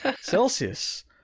celsius